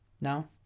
no